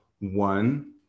one